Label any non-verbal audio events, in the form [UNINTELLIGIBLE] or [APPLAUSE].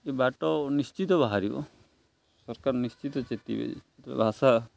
ଏ ବାଟ ନିଶ୍ଚିତ ବାହାରିବ ସରକାର ନିଶ୍ଚିତ ଚେତିିବେ [UNINTELLIGIBLE] ଭାଷା